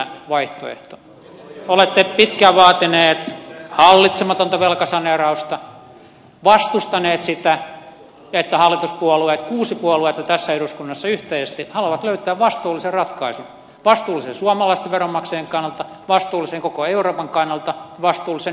olette pitkään vaatineet hallitsematonta velkasaneerausta vastustaneet sitä että hallituspuolueet kuusi puoluetta tässä eduskunnassa yhteisesti haluavat löytää vastuullisen ratkaisun vastuullisen suomalaisten veronmaksajien kannalta vastuullisen koko euroopan kannalta vastuullisen euron kannalta